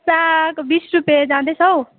साग बिस रुपियाँ जाँदैछ हौ